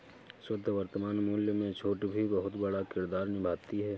शुद्ध वर्तमान मूल्य में छूट भी बहुत बड़ा किरदार निभाती है